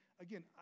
again